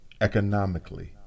economically